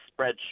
spreadsheet